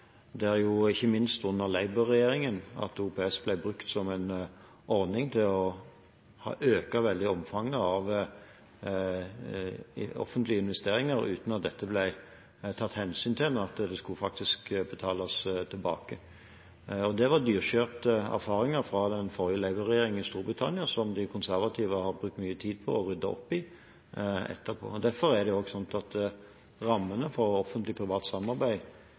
ikke minst under Labour-regjeringen at OPS-ordningen ble brukt til veldig å øke omfanget av offentlige investeringer uten at det ble tatt hensyn til at det faktisk skulle betales tilbake. Det var dyrekjøpte erfaringer etter den forrige Labour-regjeringen i Storbritannia som de konservative har brukt mye tid på å rydde opp i etterpå. Derfor er også rammene for offentlig-privat samarbeid og